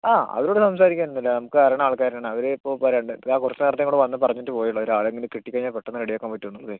ആ അവരോട് സംസാരിക്കാനൊന്നുമില്ല നമുക്കറിയണ ആൾക്കാരാണ് അവർ ഇപ്പോൾ ഇതാ കുറച്ച് നേരത്തെ കൂടി വന്നു പറഞ്ഞിട്ട് പോയതേ ഉള്ളൂ ഒരാളെ എങ്കിലും കിട്ടിക്കഴിഞ്ഞാൽ പെട്ടെന്ന് റെഡിയാക്കാൻ പറ്റുവോന്നുള്ളതേ